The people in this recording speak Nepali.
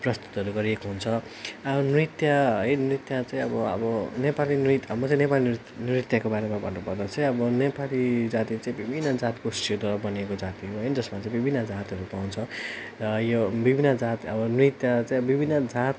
प्रस्तुतहरू गरिएको हुन्छ अब नृत्य है नृत्य चाहिँ अब अब नेपाली नृत म चाहिँ नेपाली नृत्यको बारेमा भन्नुपर्दा चाहिँ अबो नेपाली जाति चाहिँ विभिन्न जात गोष्ठीद्वारा बनिएको जाति हो होइन जसमा चाहिँ विभिन्न जातहरू पाउँछ र यो विभिन्न जात अब नृत्य चाहिँ विभिन्न जात